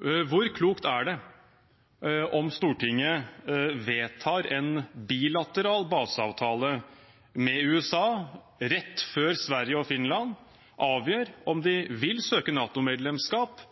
Hvor klokt er det om Stortinget vedtar en bilateral baseavtale med USA rett før Sverige og Finland avgjør om de vil søke